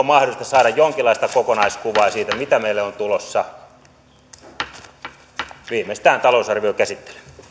mahdollista saada jonkinlaista kokonaiskuvaa siitä mitä meille on tulossa viimeistään talousarviokäsittelyyn